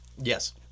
Yes